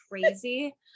crazy